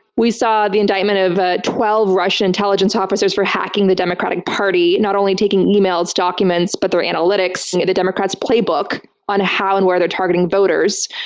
we saw the indictment of twelve russian intelligence officers for hacking the democratic party, not only taking taking emails, documents, but their analytics and the democrats' playbook on how and where they're targeting voters,